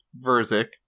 Verzik